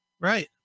Right